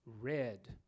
red